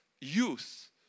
youth